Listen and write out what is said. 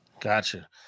Gotcha